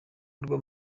nirwo